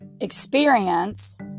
experience